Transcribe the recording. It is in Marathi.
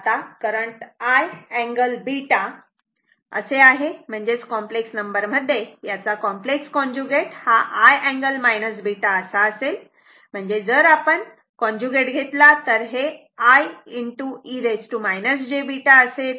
आता करंट I अँगल β असे आहे म्हणजेच कॉम्प्लेक्स नंबर मध्ये याचा कॉम्प्लेक्स कॉन्जुगेट हा I अँगल β असा असेल म्हणजे जर आपण कॉन्जुगेट घेतला तर हे I e j β असे येते